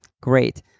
great